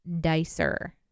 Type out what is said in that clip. Dicer